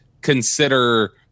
consider